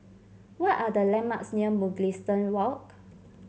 what are the landmarks near Mugliston Walk